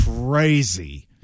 crazy